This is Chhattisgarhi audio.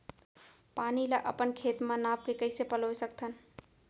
पानी ला अपन खेत म नाप के कइसे पलोय सकथन?